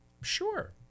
Sure